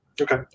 okay